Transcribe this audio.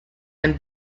and